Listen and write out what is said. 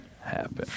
happen